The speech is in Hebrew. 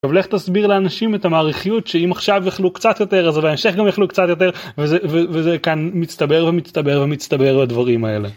עכשיו לך ת׳הסביר לאנשים את המעריכיות שאם עכשיו יאכלו קצת יותר אז בהמשך גם יאכלו קצת יותר וזה.. וזה כאן מצטבר ומצטבר ומצטבר הדברים האלה.